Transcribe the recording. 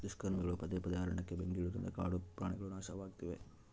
ದುಷ್ಕರ್ಮಿಗಳು ಪದೇ ಪದೇ ಅರಣ್ಯಕ್ಕೆ ಬೆಂಕಿ ಇಡುವುದರಿಂದ ಕಾಡು ಕಾಡುಪ್ರಾಣಿಗುಳು ನಾಶವಾಗ್ತಿವೆ